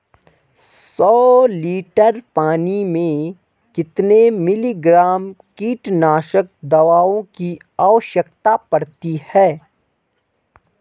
सौ लीटर पानी में कितने मिलीग्राम कीटनाशक दवाओं की आवश्यकता पड़ती है?